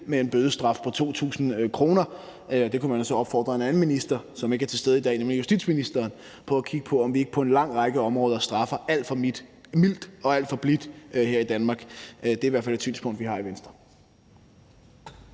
med en bødestraf på 2.000 kr. Der kunne vi så opfordre en anden minister, som ikke er til stede i dag, nemlig justitsministeren, til at tage initiativ til, at vi kunne prøve at kigge på, om vi ikke på en lang række områder straffer alt for mildt og alt for blidt her i Danmark. Det er i hvert fald et synspunkt, vi har i Venstre.